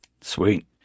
Sweet